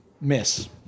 Miss